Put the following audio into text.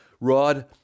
Rod